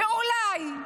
ואולי,